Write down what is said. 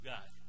God